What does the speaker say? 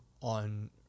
on